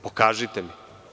Pokažite mi.